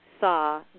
saw